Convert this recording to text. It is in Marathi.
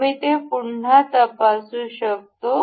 आम्ही ते पुन्हा तपासू शकतो